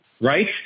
right